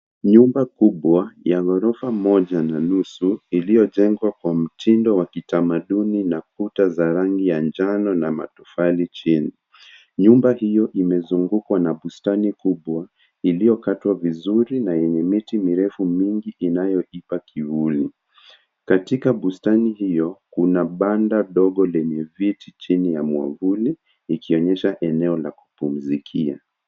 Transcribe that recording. Nyumba kubwa ya gorofa moja na nusu iliyojengwa kwa mtindo wa kitamaduni na kuta za rangi ya njano na matofali chini. Nyumba hiyo imezungukwa na bustani kubwa iliyokatwa vizuri na yenye miti mirefu mingi inayoipa kivuli. Katika bustani hiyo, kuna banda ndogo lenye viti chini ya mwavuli ikionyesha eneo la kupumzikia.